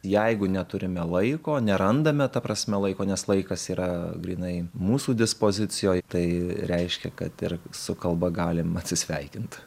jeigu neturime laiko nerandame ta prasme laiko nes laikas yra grynai mūsų dispozicijoj tai reiškia kad ir su kalba galim atsisveikint